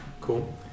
cool